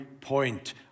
point